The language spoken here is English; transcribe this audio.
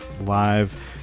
live